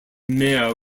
mayor